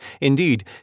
Indeed